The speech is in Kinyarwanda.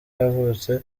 yavutse